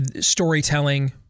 storytelling